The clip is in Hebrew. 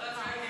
נמנעים,